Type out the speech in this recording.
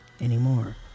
anymore